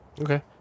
Okay